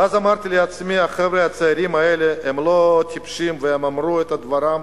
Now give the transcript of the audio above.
ואז אמרתי לעצמי: החבר'ה הצעירים האלה הם לא טיפשים והם אמרו את דברם,